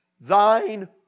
thine